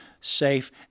safe